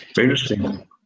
interesting